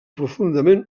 profundament